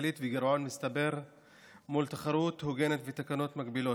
כלכלית וגירעון מצטבר מול תחרות הוגנת ותקנות מגבילות,